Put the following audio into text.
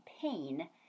pain